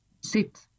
sit